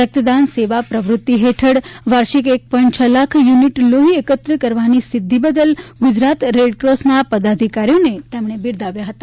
રક્તદાન સેવા પ્રવૃત્તિ હેઠળ વાર્ષિક એક પોઇન્ટ છ લાખ યુનિટ લોહી એકત્ર કરવાની સિદ્ધિ બદલ ગુજરાત રેડક્રોસના પદાધિકારીઓને તેમણે બિરદાવ્યા છે